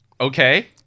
Okay